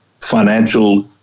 financial